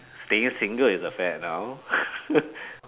staying single is a fad now